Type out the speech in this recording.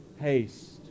haste